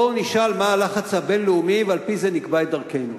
בואו נשאל מה הלחץ הבין-לאומי ועל-פי זה נקבע את דרכנו.